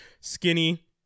Skinny